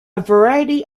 variety